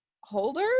holder